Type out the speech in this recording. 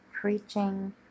preaching